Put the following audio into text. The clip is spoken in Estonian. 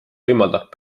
võimaldab